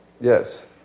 Yes